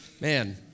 man